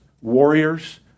warriors